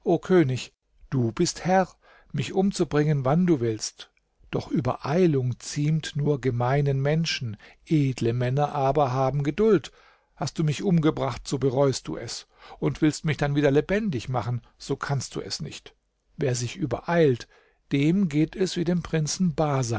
könig du bist herr mich umzubringen wann du willst doch übereilung ziemt nur gemeinen menschen edle männer aber haben geduld hast du mich umgebracht so bereuest du es und willst du mich dann wieder lebendig machen so kannst du es nicht wer sich übereilt dem geht es wie dem prinzen